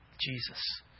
Jesus